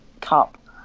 Cup